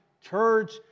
church